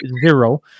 zero